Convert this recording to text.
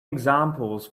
examples